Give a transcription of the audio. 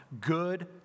Good